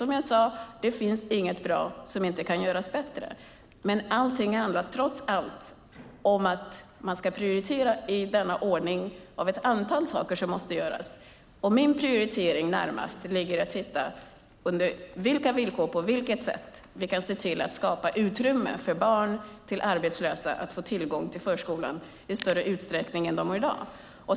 Som jag sade, det finns inget bra som inte kan göras bättre. Men allting handlar trots allt om att prioritera bland ett antal saker som måste göras. Och min prioritering närmast är att se på vilka villkor och på vilket sätt vi kan se till att skapa utrymme för att barn till arbetslösa ska få tillgång till förskolan i större utsträckning än i dag.